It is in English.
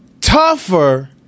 tougher